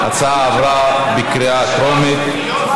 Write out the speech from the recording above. ההצעה להעביר את הצעת חוק לתיקון פקודת הנזיקין (חסינות חברי מועצה),